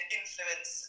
influence